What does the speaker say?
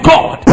God